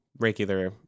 regular